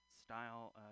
style